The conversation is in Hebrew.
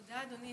תודה, אדוני.